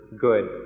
good